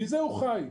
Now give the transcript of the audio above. מזה הוא חי.